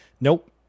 Nope